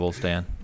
Dan